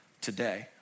today